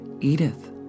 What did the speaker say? Edith